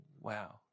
wow